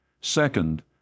Second